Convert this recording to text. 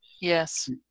Yes